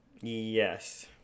Yes